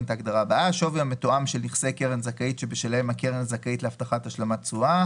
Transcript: "שווי המתואם" של נכסי קרן זכאית שבשלהם הקרן הזכאית להבטחת השלמת תשואה